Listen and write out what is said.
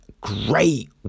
Great